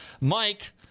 Mike